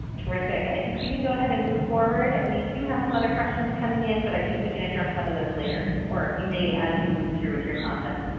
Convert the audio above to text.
terrific. i think we can go ahead and move forward. we do have some other questions coming in, but i think we can address some of those later, or you may as you move through with your content.